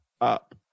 up